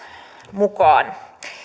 mukaan